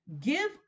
give